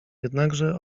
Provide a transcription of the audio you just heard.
jednakże